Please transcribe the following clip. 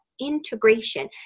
integration